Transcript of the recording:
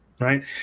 right